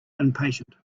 impatient